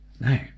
No